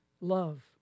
love